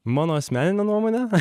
mano asmenine nuomone